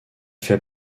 fait